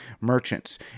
merchants